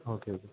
okay okay